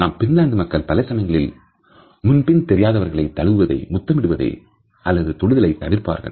நாம் பின்லாந்து மக்கள் பல சமயங்களில் முன் பின் தெரியாதவர்களை தழுவுவதை முத்தமிடுவதை அல்லது தொடுதலை தவிர்ப்பார்கள்